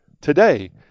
today